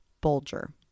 Bulger